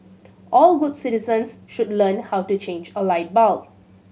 all good citizens should learn how to change a light bulb